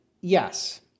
yes